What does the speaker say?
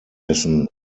essen